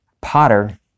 Potter